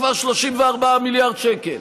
כבר 34 מיליארד שקל.